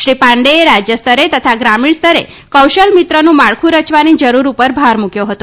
શ્રી પાંડેએ રાજય સ્તરે તથા ગ્રામીણ સ્તરે કૌશલ મિત્રનું માળખું રચવાની જરૂર ઉપર ભાર મુકથો હતો